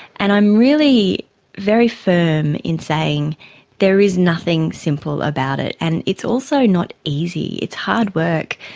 and i'm really very firm in saying there is nothing simple about it, and it's also not easy, it's hard work.